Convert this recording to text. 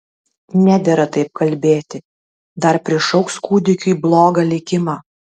nedera taip kalbėti dar prišauks kūdikiui blogą likimą